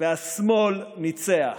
והשמאל ניצח.